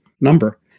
number